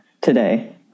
today